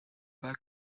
pas